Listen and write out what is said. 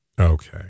Okay